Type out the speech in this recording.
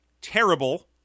terrible